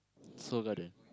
Seoul-Garden